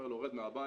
אומר לו 'רד מהבית,